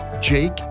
Jake